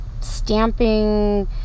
stamping